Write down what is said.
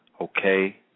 Okay